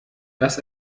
das